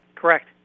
Correct